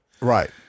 Right